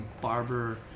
Barber